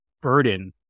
burden